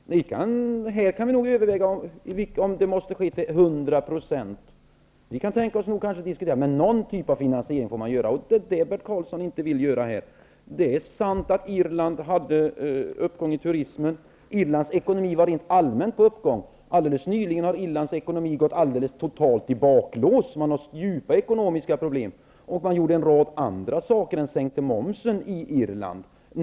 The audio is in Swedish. Här kan vi överväga om det måste ske till 100 %. Vi kan tänka oss att diskutera den saken. Men någon typ av finansiering måste göras, och det är vad Bert Karlsson inte vill göra. Det är sant att Irland har haft en uppgång i turismen. Irlands ekonomi har rent allmänt varit på uppgång. Alldeles nyligen gick Irlands ekonomi alldeles totalt i baklås och man hade djupa ekonomiska problem. En rad andra åtgärder förutom att sänka momsen vidtogs i Irland.